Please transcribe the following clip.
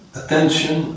attention